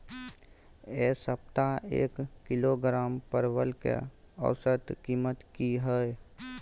ऐ सप्ताह एक किलोग्राम परवल के औसत कीमत कि हय?